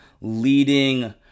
leading